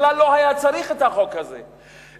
בכלל לא היה צריך את החוק הזה מנקודת המבט של יוזמי החוק.